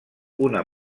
una